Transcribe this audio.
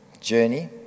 journey